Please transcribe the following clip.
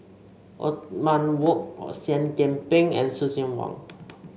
Othman Wok Seah Kian Peng and Lucien Wang